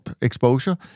exposure